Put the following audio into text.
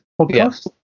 podcast